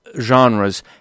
genres